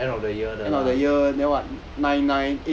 uh the end of the year 的啦